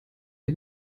der